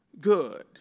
good